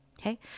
okay